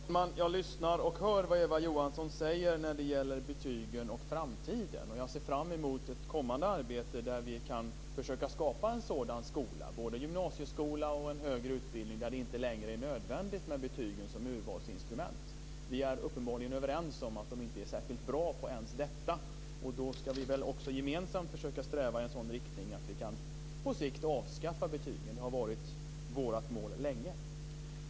Fru talman! Jag lyssnar, och jag hör vad Eva Johansson säger när det gäller betygen och framtiden. Jag ser fram emot ett kommande arbete där vi kan försöka skapa en skola - både gymnasieskola och en högre utbildning - där det inte längre är nödvändigt med betygen som urvalsinstrument. Vi är uppenbarligen överens om att betygen inte är särskilt bra ens på detta. Därför ska vi väl gemensamt försöka sträva i en sådan riktning att vi på sikt kan avskaffa betygen. Det har varit vårt mål länge.